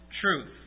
truth